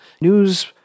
News